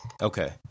Okay